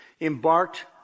embarked